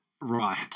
right